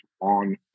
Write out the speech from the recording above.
on